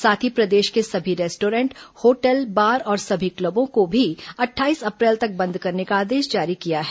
साथ ही प्रदेश के सभी रेस्टोरेंट होटल बार और सभी क्लबों को भी अट्ठाईस अप्रैल तक बंद करने का आदेश जारी किया है